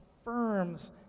affirms